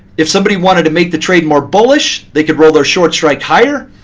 if somebody wanted to make the trade more bullish, they could roll the short strike higher.